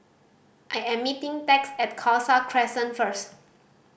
I am meeting Tex at Khalsa Crescent first